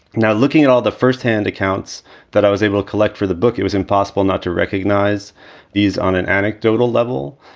now, looking at all the firsthand accounts that i was able to collect for the book, it was impossible not to recognize these on an anecdotal level.